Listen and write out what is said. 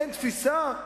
אין תפיסה?